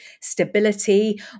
stability